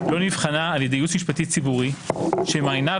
לא נבחנה על ידי ייעוץ משפטי ציבורי שמעייניו